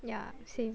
ya same